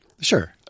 Sure